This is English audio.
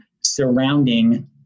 surrounding